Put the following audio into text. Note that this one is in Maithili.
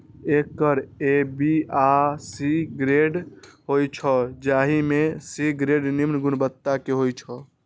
एकर ए, बी आ सी ग्रेड होइ छै, जाहि मे सी ग्रेड निम्न गुणवत्ता के होइ छै